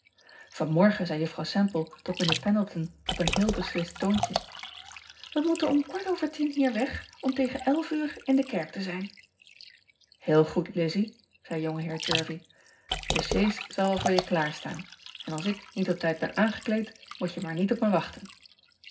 anmorgen zei uffrouw emple tot ijnheer endleton op een heel beslist toontje e moeten om kwart over hier weg om tegen uur in de kerk te zijn eel goed izzy zei ongeheer ervie de sjees zal wel voor je klaar staan en als ik niet op tijd ben aangekleed moet je maar niet op me wachten